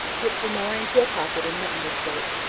put some more into a pocket in her underskirt,